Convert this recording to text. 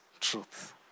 truth